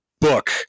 book